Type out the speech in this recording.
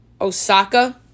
Osaka